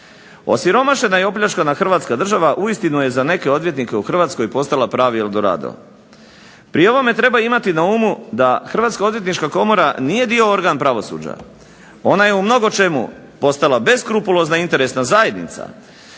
Osiromašena i opljačkana Hrvatska država uistinu je za neke odvjetnike u hrvatskoj postala pravi El Dorado. Pri ovome treba imati na umu da Hrvatska odvjetnička komora nije dio, organ pravosuđa. Ona je u mnogočemu postala beskrupulozna, interesna zajednica